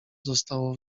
zostało